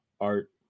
art